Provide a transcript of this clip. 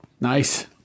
Nice